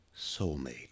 soulmate